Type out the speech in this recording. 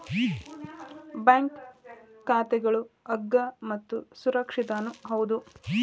bank ಖಾತಾಗಳು ಅಗ್ಗ ಮತ್ತು ಸುರಕ್ಷಿತನೂ ಹೌದು